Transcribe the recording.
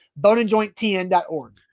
boneandjointtn.org